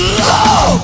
low